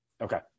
Okay